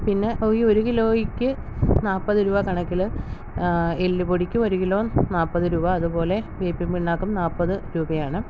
പിന്നെ ഈ ഒരു കിലോയ്ക്ക് നാൽപ്പത് രൂപ കണക്കിൽ എല്ലുപൊടിക്ക് ഒരു കിലോ നാൽപ്പത് രൂപ അത്പോലെ വേപ്പിൻ പിണ്ണാക്കും നാൽപ്പത് രൂപയാണ്